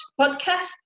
podcast